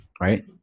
right